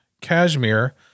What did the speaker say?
Cashmere